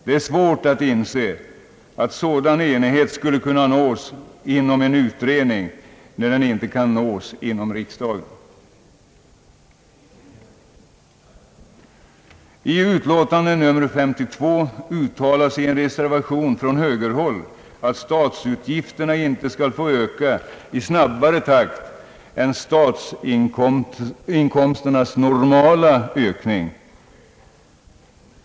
Det är svårt att inse att sådan enighet skulle kunna nås inom en utredning, när den icke kan nås inom riksdagen. I utlåtandet nr 52 uttalas i en reservation från högerhåll att statsutgifterna inte skall få öka i snabbare takt än statsinkomsternas »normala» ökning.